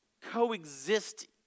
coexist